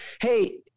Hey